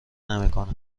نمیکنه